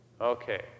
Okay